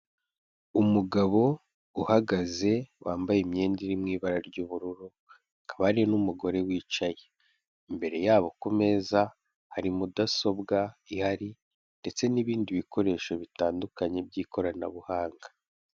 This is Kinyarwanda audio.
Umugabo uhagaze wambaye imyenda iri mu ibara ry'ubururu hakaba hari n'umugore wicaye, imbere yabo ku meza hari mudasobwa ihari ndetse n'ibindi bikoresho bitandukanye by'ikoranabuhanga.